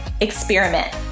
experiment